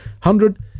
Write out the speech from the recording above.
hundred